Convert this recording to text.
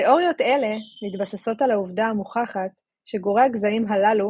תאוריות אלה מתבססות על העובדה המוכחת שגורי הגזעים הללו